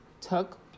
took